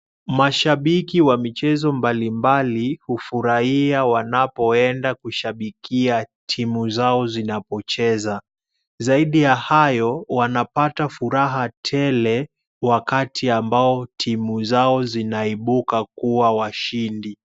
Mashabiki wa michezo mbalimbali hufurahia wanapoenda kushabikia timu zao zinapocheza, zaidi ya hayo wanapata furaha tele wakati ambao timu zao zinaibuka kuwa washindi.